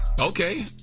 Okay